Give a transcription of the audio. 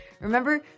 Remember